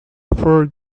four